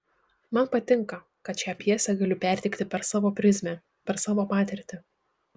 man patinka kad šią pjesę galiu perteikti per savo prizmę per savo patirtį